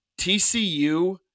TCU